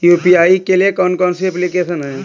UPI के लिए कौन कौन सी एप्लिकेशन हैं?